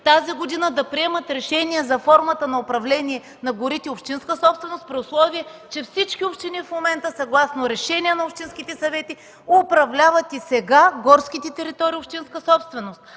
тази година да приемат решение за формата на управление на горите – общинска собственост, при условие че всички общини в момента съгласно решение на общинските съвети управляват и сега горските територии – общинска собственост?